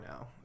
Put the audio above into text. now